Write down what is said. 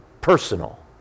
personal